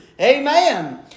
Amen